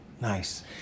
Nice